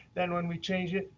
then when we change it,